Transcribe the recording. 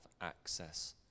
access